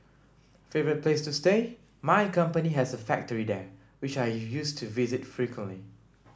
favourite place to stay my company has a factory there which I used to visit frequently